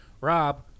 Rob